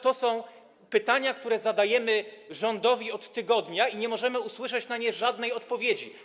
To są pytania, które zadajemy rządowi od tygodnia i nie możemy usłyszeć na nie żadnej odpowiedzi.